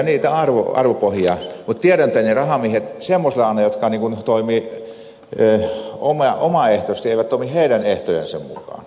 mutta tiedän etteivät ne rahamiehet semmoisille anna jotka toimivat omaehtoisesti eivät toimi heidän ehtojensa mukaan